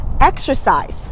exercise